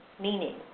meaning